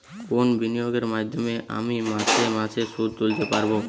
কোন বিনিয়োগের মাধ্যমে আমি মাসে মাসে সুদ তুলতে পারবো?